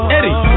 Eddie